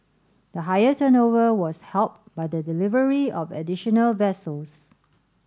the higher turnover was helped by the delivery of additional vessels